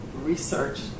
research